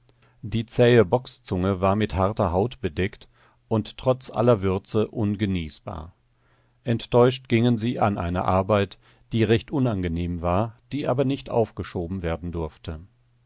die zähe bockszunge war mit harter haut bedeckt und trotz aller würze ungenießbar enttäuscht gingen sie an eine arbeit die recht unangenehm war die aber nicht aufgeschoben werden durfte